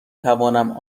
توانم